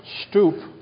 stoop